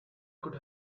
could